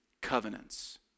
covenants